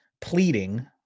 pleading